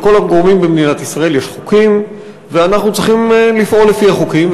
לכל הגורמים במדינת ישראל יש חוקים ואנחנו צריכים לפעול לפי החוקים,